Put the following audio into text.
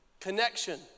connection